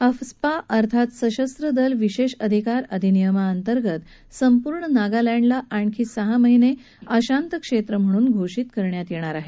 AFSPA अर्थात सशस्त्र दल विशेष अधिकार अधिनियमाअंतर्गत संपूर्ण नागालँडला आणखी सहा महिने अशांत क्षेत्र म्हणून घोषित केलं आहे